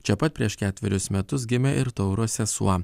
čia pat prieš ketverius metus gimė ir tauro sesuo